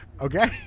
Okay